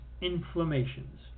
inflammations